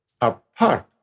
apart